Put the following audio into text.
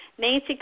Nancy